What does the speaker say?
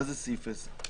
מה זה סעיף 10?